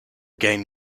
game